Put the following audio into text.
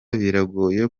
biragoye